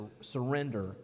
surrender